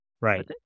right